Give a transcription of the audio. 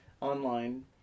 Online